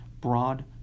broad